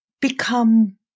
become